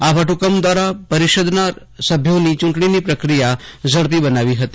આ વટહુકમ દ્વારા પરિષદના સભ્યોની ચૂંટણીની પ્રક્રિયા ઝડપી બનાવી હતી